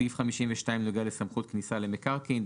סעיף 52 נוגע לסמכות כניסה למקרקעין.